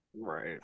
Right